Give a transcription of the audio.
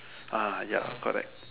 ah ya correct